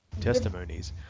testimonies